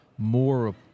more